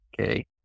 okay